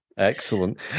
Excellent